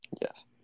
Yes